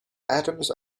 atoms